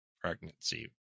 pregnancy